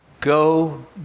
Go